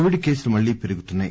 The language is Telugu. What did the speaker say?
కోవిడ్ కేసులు మళ్లీ పెరుగుతున్నాయి